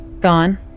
Gone